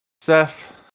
Seth